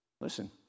Listen